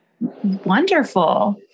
Wonderful